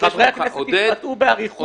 חברי הכנסת התבטאו באריכות בדיון הקודם.